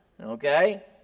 okay